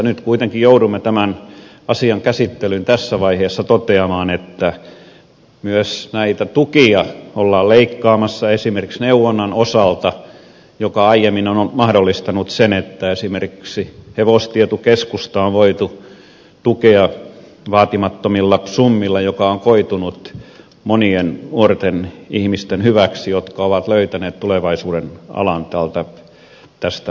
nyt kuitenkin joudumme tämän asian käsittelyn tässä vaiheessa toteamaan että myös näitä tukia ollaan leikkaamassa esimerkiksi neuvonnan osalta joka aiemmin on mahdollistanut sen että esimerkiksi hevostietokeskusta on voitu tukea vaatimattomilla summilla mikä on koitunut monien nuorten ihmisten hyväksi jotka ovat löytäneet tulevaisuuden alan tästä hevostaloudesta